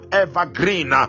evergreen